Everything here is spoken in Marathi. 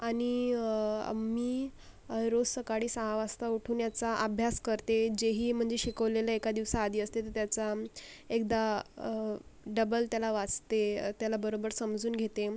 आणि मी रोज सकाळी सहा वाजता उठून याचा अभ्यास करते जे ही म्हणजे शिकवलेलं एका दिवसाआधी असतील त्याचा एकदा डबल त्याला वाचते त्याला बरोबर समजून घेते